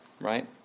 right